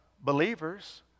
believers